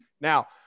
now